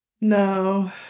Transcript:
No